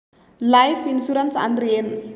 Life insurance ಅಂದ್ರ ಏನ?